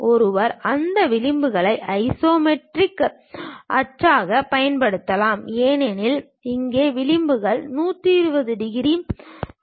ஒருவர் அந்த விளிம்புகளை ஐசோமெட்ரிக் அச்சாகப் பயன்படுத்தலாம் ஏனெனில் இங்கே விளிம்புகள் 120 டிகிரி செய்கின்றன